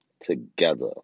Together